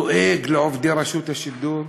דואג לעובדי רשות השידור,